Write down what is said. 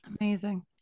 Amazing